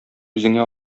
үзеңә